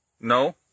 No